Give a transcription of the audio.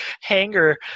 hangar